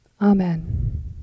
Amen